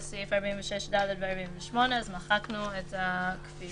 סעיף 46(ד) ו-48 אז מחקנו את הכפילות.